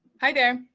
hi there.